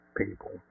people